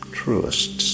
truest